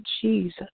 Jesus